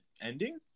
ending